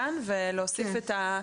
לזה.